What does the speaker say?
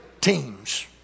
teams